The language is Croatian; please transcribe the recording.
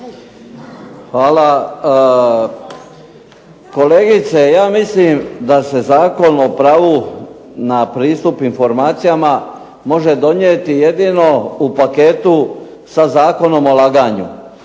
Hvala. Kolegice ja mislim da se Zakon o pravu na pristup informacijama može donijeti jedino u paketu sa Zakonom o laganju,